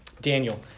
Daniel